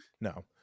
no